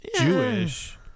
Jewish